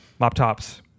laptops